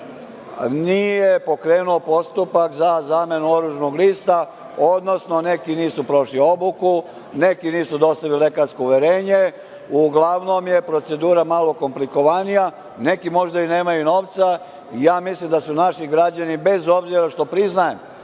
nije pokrenuo postupak za zamenu oružnog lista, odnosno neki nisu prošli obuku, a neki nisu dostavili lekarsko uverenje, uglavnom je procedura malo komplikovanija. Neki možda i nemaju novca, i ja mislim da su naši građani, bez obzira što priznajem